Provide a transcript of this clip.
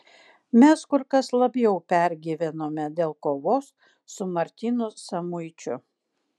mes kur kas labiau pergyvenome dėl kovos su martynu samuičiu